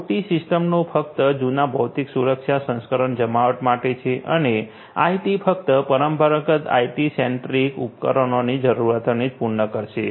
OT સિસ્ટમો ફક્ત જૂના ભૌતિક સુરક્ષા સંરક્ષણ જમાવટ માટે છે અને આઇટી ફક્ત પરંપરાગત આઇટી સેન્ટ્રિક ઉપકરણોની જરૂરિયાતોને જ પૂર્ણ કરશે